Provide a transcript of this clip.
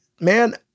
man